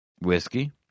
Whiskey